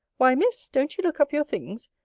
why, miss, don't you look up your things?